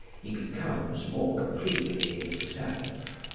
he becomes more completely himself.